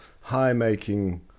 high-making